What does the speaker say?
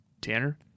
Tanner